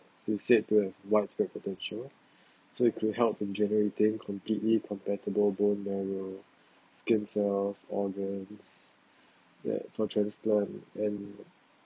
be said to have widespread potential so it could help in generating completely compatible bone marrow skin cells organs that for transplant and